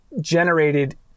generated